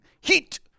heat